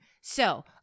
So-